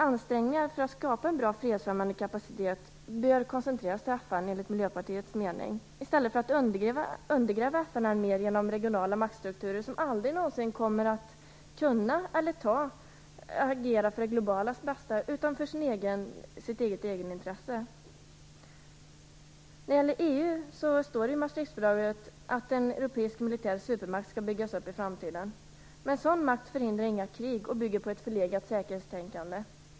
Ansträngningar för att skapa en bra fredsfrämjande kapacitet bör enligt Miljöpartiets mening koncentreras till FN, i stället för att man undergräver FN än mer genom regionala maktstrukturer som aldrig någonsin kommer att kunna agera för det globalas bästa utan bara för sina egenintressen. När det gäller EU står det i Maastrichtfördraget att en europeisk militär supermakt skall byggas upp i framtiden. Men en sådan makt förhindrar inga krig och bygger på ett förlegat säkerhetstänkande.